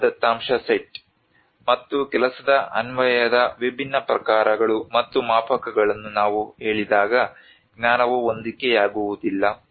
ಜ್ಞಾನ ದತ್ತಾಂಶ ಸೆಟ್ ಮತ್ತು ಕೆಲಸದ ಅನ್ವಯದ ವಿಭಿನ್ನ ಪ್ರಕಾರಗಳು ಮತ್ತು ಮಾಪಕಗಳನ್ನು ನಾವು ಹೇಳಿದಾಗ ಜ್ಞಾನವು ಹೊಂದಿಕೆಯಾಗುವುದಿಲ್ಲ